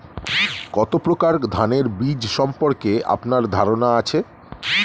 কত প্রকার ধানের বীজ সম্পর্কে আপনার ধারণা আছে?